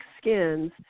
skins